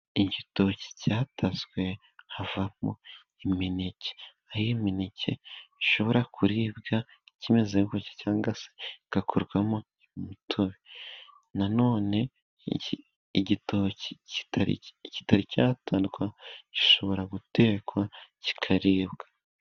Igitoki cyatazwe havamo imineke, aho imineke ishobora kuribwa ikimeze gutyo, cyangwa se igakorwamo umutobe, na none igitoki kitari cyatarwa gishobora gutekwa kikaribwa.